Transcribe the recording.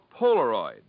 Polaroid